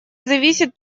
зависит